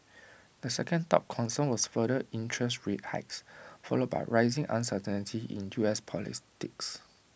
the second top concern was further interest rate hikes followed by rising uncertainty in U S politics